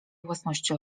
własności